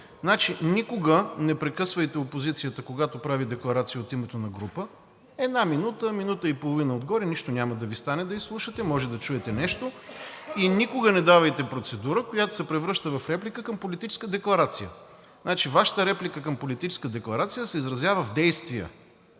него. Никога не прекъсвайте опозицията, когато прави декларация от името на група. Една минута, минута и половина отгоре – нищо няма да Ви стане да изслушате, може да чуете нещо. И никога не давайте процедура, която се превръща в реплика към политическа декларация. Вашата реплика към политическа декларация се изразява в действия,